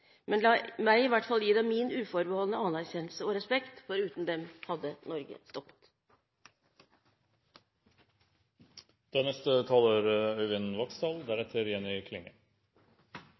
La meg i hvert fall gi dem min uforbeholdne anerkjennelse og respekt, for uten dem hadde Norge